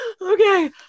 okay